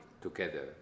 together